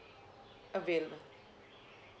available